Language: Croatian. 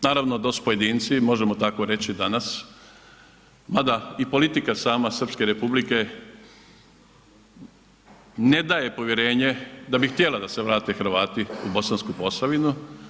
Naravno to su pojedinci, možemo tako reći danas mada i politika sama Srpske Republike ne daje povjerenje da bi htjela da se vrate Hrvati u Bosansku Posavinu.